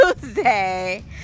Tuesday